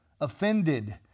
offended